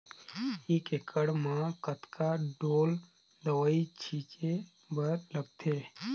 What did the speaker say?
एक एकड़ म कतका ढोल दवई छीचे बर लगथे?